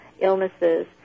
illnesses